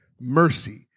Mercy